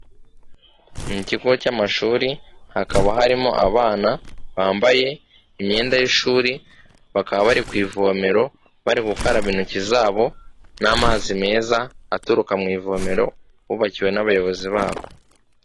Mu kigo cy'amashuri hakaba harimo abana bambaye imyenda y'ishuri, bakaba bari ku ivomero bari gukaraba intoki zabo n'amazi meza aturuka mu ivomero bubakiwe n'abayobozi babo.